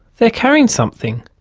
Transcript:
they're carrying something.